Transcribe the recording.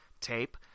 tape